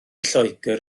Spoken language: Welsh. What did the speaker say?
lloegr